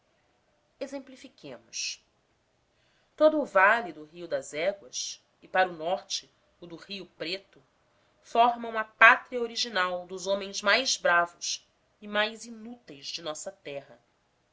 exemplifiquemos todo o vale do rio das éguas e para o norte o do rio preto formam a pátria original dos homens mais bravos e mais inúteis da nossa terra